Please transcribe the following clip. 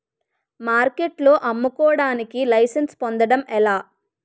మార్కెట్లో అమ్ముకోడానికి లైసెన్స్ పొందడం ఎలా?